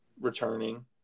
returning